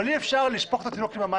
אבל אי אפשר לשפוך את התינוק עם המים